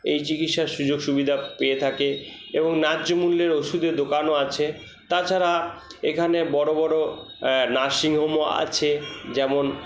এই চিকিৎসার সুযোগ সুবিধা পেয়ে থাকে এবং ন্যায্য মূল্যের ওষুধের দোকানও আছে তাছাড়া এখানে বড়ো বড়ো নার্সিং হোমও আছে যেমন